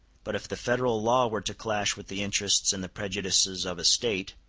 but if the federal law were to clash with the interests and the prejudices of a state,